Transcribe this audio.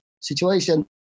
situation